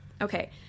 Okay